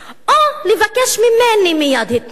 או לבקש ממני מייד התנצלות,